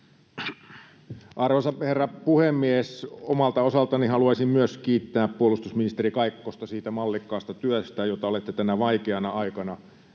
Arvoisa herra puhemies! Myös omalta osaltani haluaisin kiittää puolustusministeri Kaikkosta siitä mallikkaasta työstä, jota olette tänä vaikeana aikana